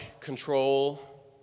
control